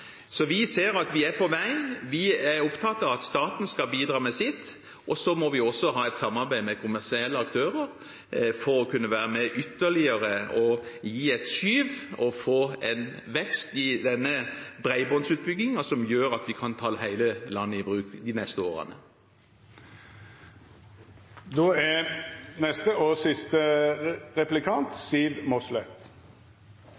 Så vi ser at vi er på vei. Vi er opptatt av at staten skal bidra med sitt, og så må vi også ha et samarbeid med kommersielle aktører for å kunne være med og gi ytterligere et skyv og få en vekst i bredbåndsutbyggingen som gjør at vi kan ta hele landet i bruk de neste årene. Jeg undres på hva som er Kristelig Folkeparti og